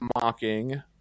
mocking